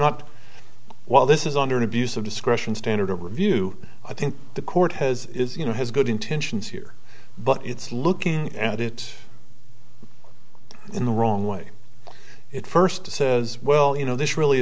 not while this is under an abuse of discretion standard of review i think the court has is you know has good intentions here but it's looking at it in the wrong way it first says well you know this really